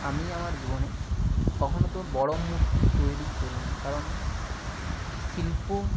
আমি আমার জীবনে কখনও তো বড়ো মূর্তি তৈরি করি নি কারণ শিল্প